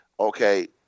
Okay